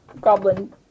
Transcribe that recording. goblin